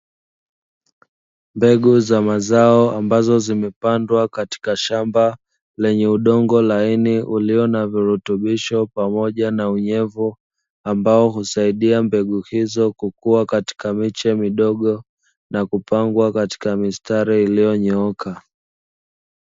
Mbegu za mazao ambazo zimepandwa katika shamba lenye udongo laini ulio na virutubisho pamoja na unyevu ambao husaidia mbegu hizo kukua katika miche midogo na kupangwa katika mistari iliyonyooka.